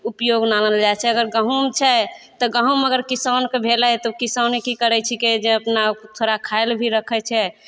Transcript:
उपयोगमे आनल जाइ छै अगर गहुँम छै तऽ गहुँम अगर किसानके भेलय तऽ किसान की करय छीकै जे अपना थोड़ा खाइ लए भी रखय छै आओर